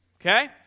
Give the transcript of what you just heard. Okay